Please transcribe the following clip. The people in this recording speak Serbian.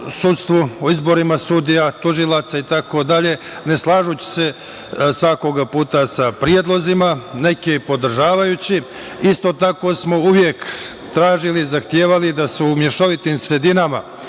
o izborima sudija, tužilaca itd. ne slažući se svakog puta sa predlozima, neke i podržavajući. Isto tako smo uvek tražili i zahtevali da se u mešovitim sredinama